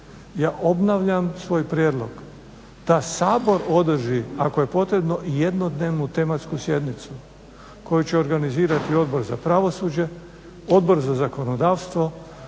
ja obnavljam svoj prijedlog da Sabor održi ako je potrebno jednodnevnu tematsku sjednicu koju će organizirati Odbor za pravosuđe, Odbor za zakonodavstvo,